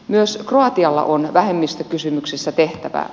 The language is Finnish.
myös kroatialla on vähemmistökysymyksissä tehtävää